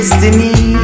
Destiny